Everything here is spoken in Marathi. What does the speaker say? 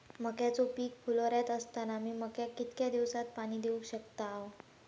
मक्याचो पीक फुलोऱ्यात असताना मी मक्याक कितक्या दिवसात पाणी देऊक शकताव?